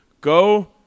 Go